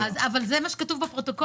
אבל זה מה שכתוב בפרוטוקולים.